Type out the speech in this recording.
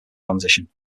transition